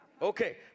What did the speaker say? Okay